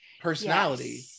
personality